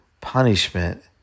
punishment